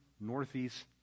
Northeast